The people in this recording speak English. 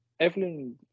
Evelyn